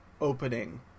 opening